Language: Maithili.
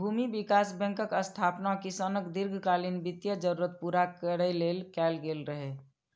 भूमि विकास बैंकक स्थापना किसानक दीर्घकालीन वित्तीय जरूरत पूरा करै लेल कैल गेल रहै